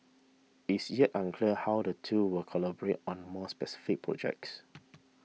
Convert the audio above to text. it's yet unclear how the two will collaborate on more specific projects